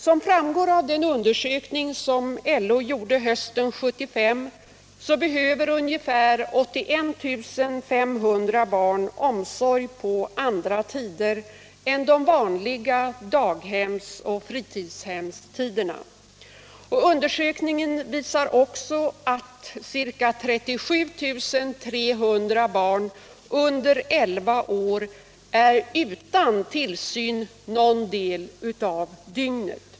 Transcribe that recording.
Som framgår av en undersökning som LO gjorde hösten 1975 behöver ca 81 500 barn omsorg på andra tider än de vanliga daghemsoch fritidshemsti derna. Undersökningen visar också att ca 37 300 barn under elva års ålder är utan tillsyn någon del av dygnet.